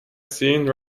seeing